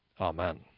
Amen